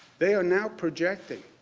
they are now projecting